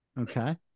okay